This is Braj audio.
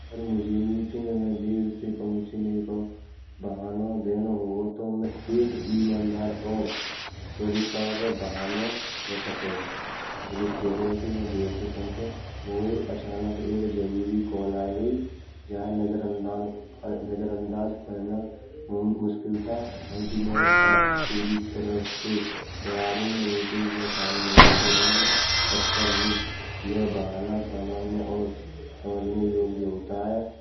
अगर मुझे मीटिंग में देर से पहुँचनें का बहाना देना होगा, तो मैं एक ईमानदार और स्वीकार्य बहाना ह सके। मुझे खेद है कि मैं देर से पहुँचा, मोये अचानक एक जरूरी कॉल आय्ये गई जाए नजरअंदाज करना मुश्किल था। क्यूंकि मैं पूरी तरह से तैयार हूँ मीटिंग में शामिल होने के लिए तत्पर है, यह बहाना सामान्य और समझने योग्य होता है।